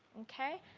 okay,